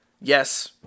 Yes